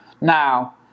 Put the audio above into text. Now